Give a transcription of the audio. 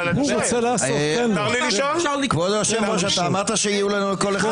כמו שאמרו קודם